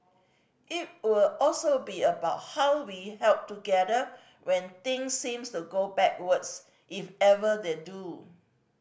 it will also be about how we held together when things seemed to go backwards if ever they do